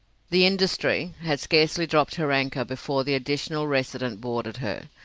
the industry had scarcely dropped her anchor before the additional resident boarded her.